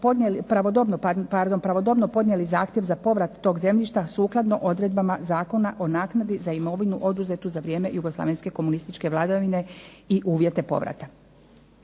pravodobno podnijeli zahtjev za povrat tog zemljišta sukladno odredbama Zakona o naknadi za imovinu oduzetu za vrijeme jugoslavenske komunističke vladavine i uvjete povrata.